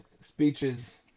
speeches